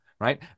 right